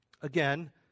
Again